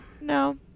no